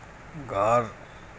گھر